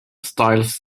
styles